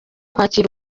kwakira